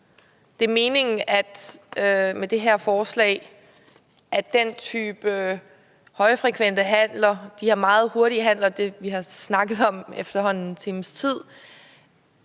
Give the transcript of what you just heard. Det er meningen med det her forslag, at den type af højfrekvente handler, vi efterhånden har snakket om en times tid,